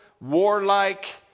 warlike